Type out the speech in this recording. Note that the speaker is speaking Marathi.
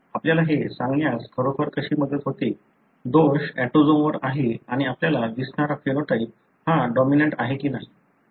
आपल्याला हे सांगण्यास खरोखर कशी मदत होते की दोष ऑटोसोमवर आहे आणि आपल्याला दिसणारा फेनोटाइप हा डॉमिनंट आहे की नाही